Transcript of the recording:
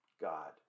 God